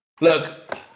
Look